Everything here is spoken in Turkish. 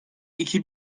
iki